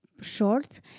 short